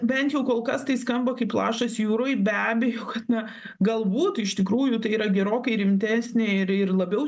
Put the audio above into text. bent jau kol kas tai skamba kaip lašas jūroj be abejo kad na galbūt iš tikrųjų tai yra gerokai rimtesnė ir ir labiau